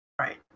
Right